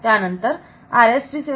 त्या नंतर RST 7